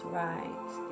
right